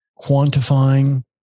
quantifying